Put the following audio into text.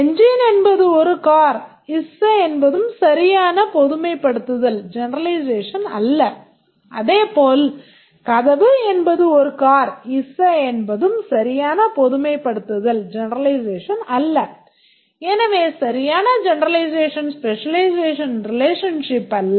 எனவே இது சரியான generalization specialization relationship அல்ல